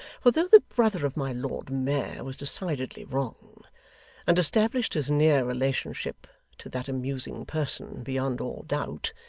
for though the brother of my lord mayor was decidedly wrong and established his near relationship to that amusing person beyond all doubt,